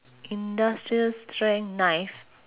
industrial strength knife